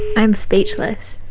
i'm speechless.